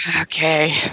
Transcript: Okay